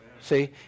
see